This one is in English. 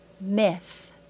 myth